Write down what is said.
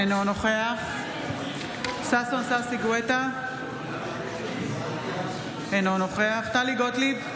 אינו נוכח ששון ששי גואטה, אינו נוכח טלי גוטליב,